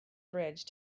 bridge